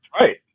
right